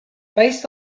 based